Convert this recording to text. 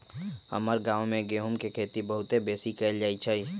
हमर गांव में गेहूम के खेती बहुते बेशी कएल जाइ छइ